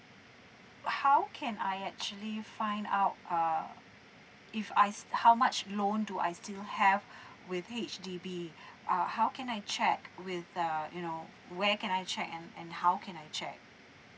how can I actually find out uh if I st~ how much loan do I still have with H_D_B uh how can I check with uh you know where can I check and and how can I check